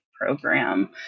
program